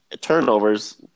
turnovers